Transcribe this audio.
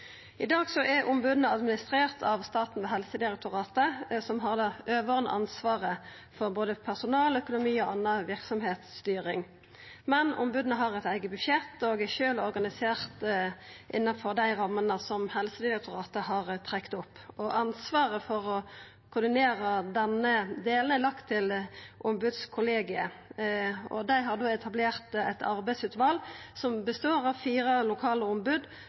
I dag er omboda administrerte av staten, ved Helsedirektoratet, som har det overordna ansvaret for både personal-, økonomi- og verksemdsstyring, men omboda har eit eige budsjett og er sjølve organiserte innanfor dei rammene som Helsedirektoratet har trekt opp. Ansvaret for å koordinera den delen er lagt til ombodskollegiet, og dei har etablert eit arbeidsutval som består av fire lokale ombod